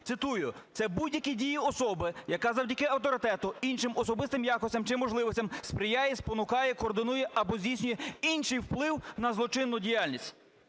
Цитую: "це будь-які дії особи, яка завдяки авторитету, іншим особистим якостям чи можливостям сприяє, спонукає, координує або здійснює інший вплив на злочинну діяльність".